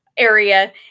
area